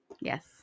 Yes